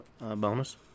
bonus